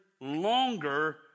longer